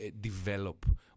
develop